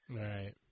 Right